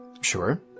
Sure